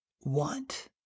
want